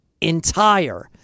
entire